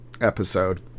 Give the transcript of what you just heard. episode